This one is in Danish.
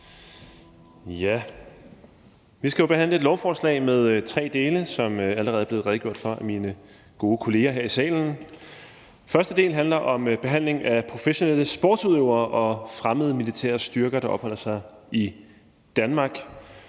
Vi skal jo behandle et lovforslag, der består af tre dele, hvilket der allerede er blevet redegjort for af mine gode kollegaer her i salen. Den første del handler om behandling af professionelle sportsudøvere og fremmede militære styrker, der opholder sig i Danmark.